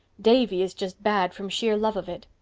davy is just bad from sheer love of it.